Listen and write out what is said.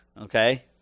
okay